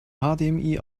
hdmi